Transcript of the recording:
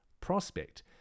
prospect